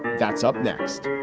that's up next